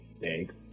big